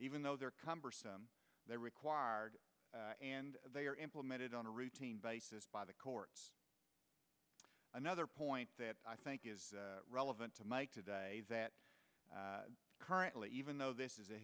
even though they're cumbersome they're required and they are implemented on a routine basis by the courts another point that i think is relevant to make today is that currently even though this is a